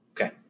Okay